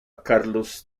carlos